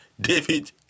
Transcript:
David